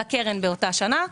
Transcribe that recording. לקרן באותה שנה,